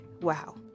wow